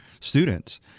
students